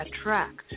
attract